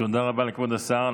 תודה רבה לכבוד השר.